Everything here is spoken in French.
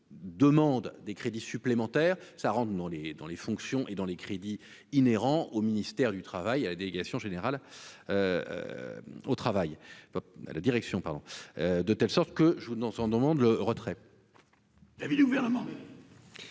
demande des crédits supplémentaires, ça rentre dans les, dans les fonctions et dans les crédits inhérent au ministère du Travail à la délégation générale au travail, la direction, pardon, de telle sorte que joue dans son demande le retrait. L'avis du gouvernement,